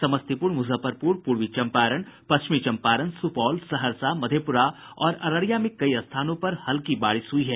समस्तीपुर मुजफ्फरपुर पूर्वी चम्पारण पश्चिमी चम्पारण सुपौल सहरसा मधेपुरा और अररिया में कई स्थानों पर हल्की बारिश हुई है